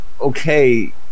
okay